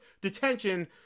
Detention